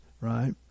right